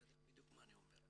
אתה יודע בדיוק מה אני אומר.